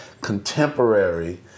contemporary